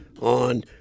on